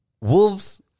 wolves